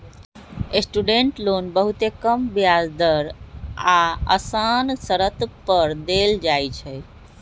student loan बहुते कम ब्याज दर आऽ असान शरत पर देल जाइ छइ